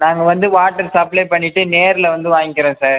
நாங்கள் வந்து water supply பண்ணிவிட்டு நேரில் வந்து வாங்கிக்கிறோம் சார்